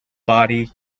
body